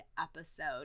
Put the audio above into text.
episode